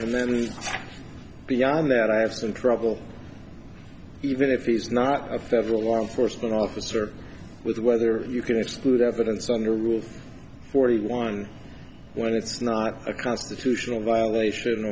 and then beyond that i have some trouble even if he's not a federal law enforcement officer with whether you can exclude evidence under rule forty one when it's not a constitutional violation